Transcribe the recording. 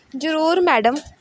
ਜ਼ਰੂਰ ਮੈਡਮ